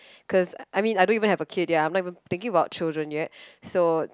cause I mean I don't even have a kid ya I'm not even thinking about children yet so